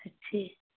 ठीक